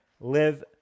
live